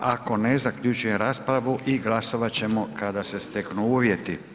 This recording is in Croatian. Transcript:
Ako ne, zaključujem raspravu i glasovat ćemo kada se steknu uvjeti.